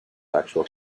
actual